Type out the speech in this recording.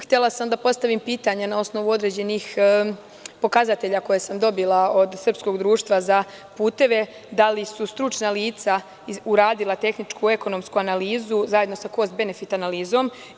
Htela bih da postavim pitanje, na osnovu određenih pokazatelja koje sam dobila od Srpskog društva za puteve – da li su stručna lica uradila tehničku, ekonomsku analizu zajedno sa kost benefit analizom?